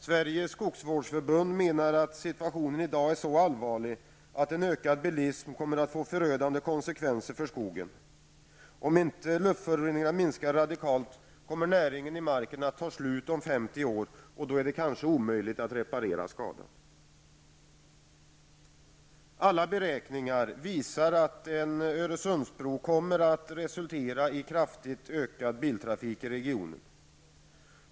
Sveriges skogsvårdsförbund menar att situationen i dag är så allvarlig att en ökad bilism kommer att få förödande konsekvenser för skogen. Om inte luftföroreningarna minskar radikalt kommer näringen i marken att ta slut om 50 år och då är det kanske omöjligt att reparera skadan. Alla beräkningar visar att en Öresundsbro kommer att resultera i kraftigt ökad biltrafik i regionen.